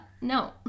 no